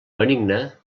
benigna